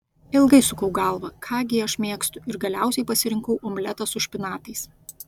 ilgai sukau galvą ką gi aš mėgstu ir galiausiai pasirinkau omletą su špinatais